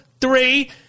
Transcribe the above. three